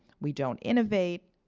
we don't innovate.